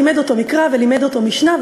לימד אותו מקרא ולימד אותו משנה,